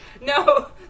No